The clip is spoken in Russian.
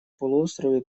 полуострове